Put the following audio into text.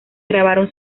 grabaron